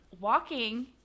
walking